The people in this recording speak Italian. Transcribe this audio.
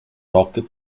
rock